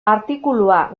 artikulua